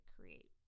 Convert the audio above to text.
create